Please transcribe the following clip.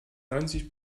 neunzig